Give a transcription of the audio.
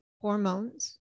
hormones